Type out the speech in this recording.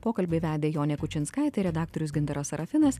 pokalbį vedė jonė kučinskaitė redaktorius gintaras serafinas